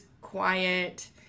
quiet